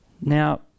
Now